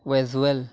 visual